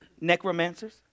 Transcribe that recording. necromancers